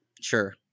sure